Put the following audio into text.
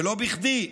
ולא בכדי,